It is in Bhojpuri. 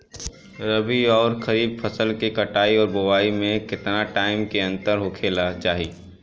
रबी आउर खरीफ फसल के कटाई और बोआई मे केतना टाइम के अंतर होखे के चाही?